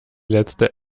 letzten